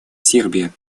сербия